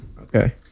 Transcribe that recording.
okay